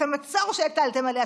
את המצור שהטלתם עליה.